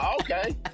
Okay